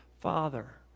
Father